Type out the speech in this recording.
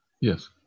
Yes